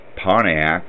Pontiac